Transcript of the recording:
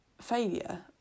failure